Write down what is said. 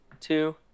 two